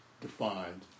defined